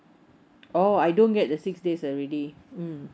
oh I don't get the six days already mm